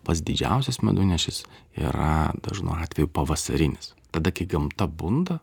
pats didžiausias medunešis yra dažnu atveju pavasarinis tada kai gamta bunda